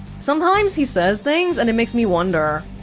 sometimes he says things, and it makes me wonder